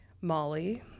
Molly